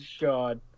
god